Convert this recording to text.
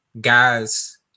Guys